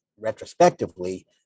retrospectively